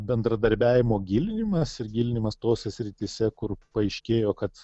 bendradarbiavimo gilinimas ir gilinimas tose srityse kur paaiškėjo kad